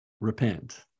repent